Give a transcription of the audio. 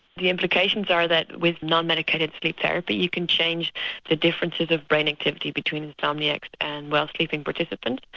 the implications are that with non-medicated sleep therapy you can change the differences of brain activity between insomniacs and well sleeping participants.